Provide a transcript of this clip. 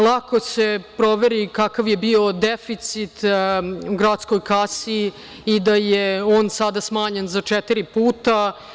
Lako se proveri kakav je bio deficit u gradskoj kasi i da je on sada smanjen za četiri puta.